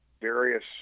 various